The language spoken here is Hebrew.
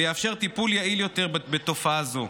ויאפשר טיפול יעיל יותר בתופעה זו.